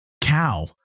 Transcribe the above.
cow